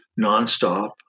nonstop